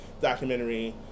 documentary